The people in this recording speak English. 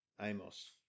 Amos